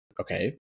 Okay